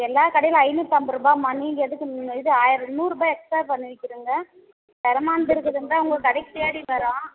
எல்லா கடையிலையும் ஐநூற்றம்பதுருவாம்மா நீங்கள் எதுக்கு நீங்கள் இது ஆய நூறுரூபா எக்ஸ்ட்ரா பண்ணி விற்கிறீங்க தரமானது இருக்குதுன்னுதான் உங்கள் கடைக்கு தேடி வரோம்